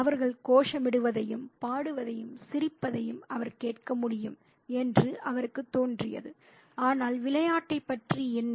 அவர்கள் கோஷமிடுவதையும் பாடுவதையும் சிரிப்பதையும் அவர் கேட்க முடியும் என்று அவருக்குத் தோன்றியது ஆனால் விளையாட்டைப் பற்றி என்ன